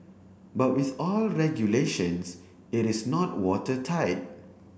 but with all regulations it is not watertight